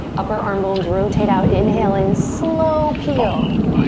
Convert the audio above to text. upper arm bones rotate out, inhale in, slow peel.